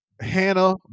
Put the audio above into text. Hannah